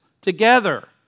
together